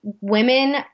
Women